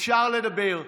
אפשר לדבר,